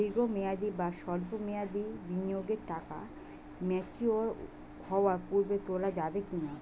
দীর্ঘ মেয়াদি বা সল্প মেয়াদি বিনিয়োগের টাকা ম্যাচিওর হওয়ার পূর্বে তোলা যাবে কি না?